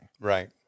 Right